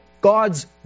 God's